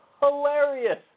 Hilarious